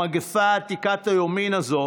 המגפה עתיקת היומין הזו